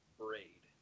braid